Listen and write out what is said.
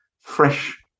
fresh